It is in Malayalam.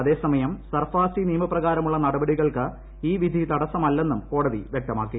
അതേസമയം സർഫാസി നിയമപ്രകാരമുള്ള നടപടികൾക്ക് ഈ വിധി തടസമല്ലെന്നും കോടതി വ്യക്തമാക്കി